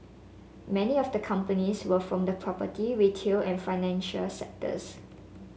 many of the companies were from the property retail and financial sectors